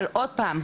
אבל עוד פעם,